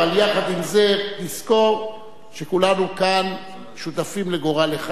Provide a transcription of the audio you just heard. אבל יחד עם זה נזכור שכולנו כאן שותפים לגורל אחד.